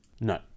No